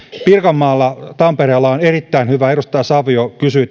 pirkanmaalla ja tampereella on erittäin hyvä työllisyyskokeilu ja edustaja savio kysyi